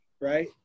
right